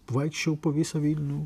vaikščiojau po visą vilnių